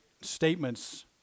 statements